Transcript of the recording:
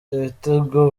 ibitego